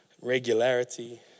regularity